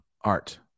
Art